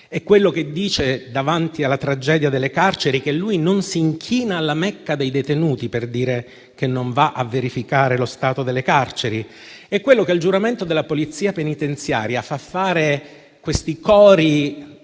È quello che, davanti alla tragedia delle carceri, dice che lui non si inchina alla Mecca dei detenuti, per dire che non va a verificare lo stato delle carceri; è quello che al giuramento della Polizia penitenziaria fa fare agli